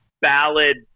ballad